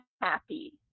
happy